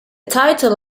title